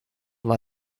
war